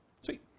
Sweet